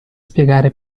spiegare